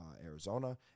arizona